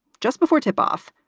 just before tipoff,